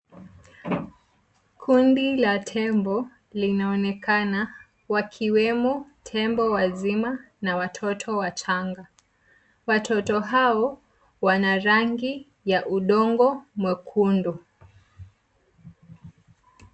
Kundi la tembo linaonekana wakiwemo tembo wazima na watoto wachanga. Watoto hao wana rangi ya udongo mwekundu.